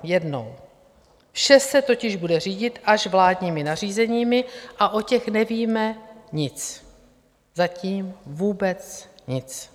Jednou, vše se totiž bude řídit až vládními nařízeními a o těch nevíme nic, zatím vůbec nic.